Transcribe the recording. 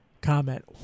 comment